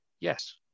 Yes